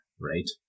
right